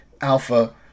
alpha